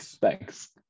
Thanks